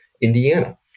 Indiana